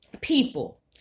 people